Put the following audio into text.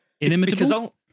Inimitable